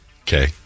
Okay